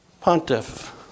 pontiff